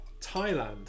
Thailand